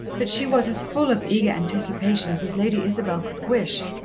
that she was as full of eager anticipations as lady isabel could wish,